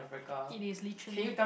it is literally